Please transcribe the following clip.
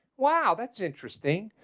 well, that's interesting.